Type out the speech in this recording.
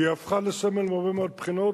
והיא הפכה לסמל מהרבה מאוד בחינות.